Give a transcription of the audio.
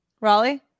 Raleigh